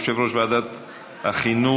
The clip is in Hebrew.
יושב-ראש ועדת החינוך,